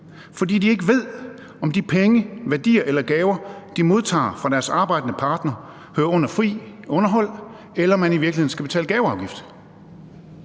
fordi de ikke ved, om de penge, værdier eller gaver, de modtager fra deres arbejdende parter, hører under frit underhold, eller om man i virkeligheden skal betale gaveafgift?